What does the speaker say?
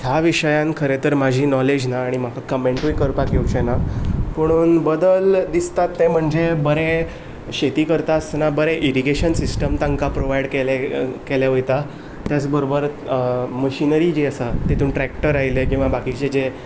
ह्या विशयान खरें तर म्हजी नोलेज ना आनी म्हाका कमेंटूय करपाक येवचें ना पुणून बदल दिसतात ते म्हणजे बरे शेती करता आसतना बरें इरिगेशन सिस्टम तांकां प्रोवायड केलें वयता त्याच बरोबर मशिनरी जी आसा तितून ट्रॅक्टर आयले किंवां बाकीचे जे